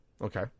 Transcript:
Okay